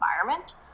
environment